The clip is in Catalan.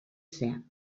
ser